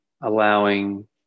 allowing